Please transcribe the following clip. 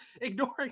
ignoring